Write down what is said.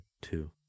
two